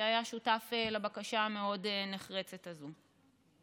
שהיה שותף לבקשה המאוד נחרצת הזו.